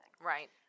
Right